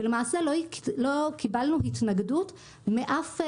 ולמעשה לא קיבלנו התנגדות מאף גורם.